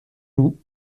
loup